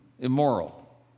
Immoral